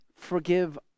forgive